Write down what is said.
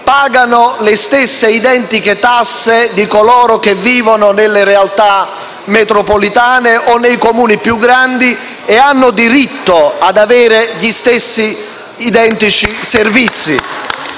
pagano le stesse identiche tasse di coloro che vivono nelle realtà metropolitane o nei Comuni più grandi e hanno diritto ad avere gli stessi, identici servizi.